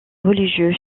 religieux